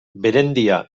berendia